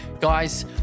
guys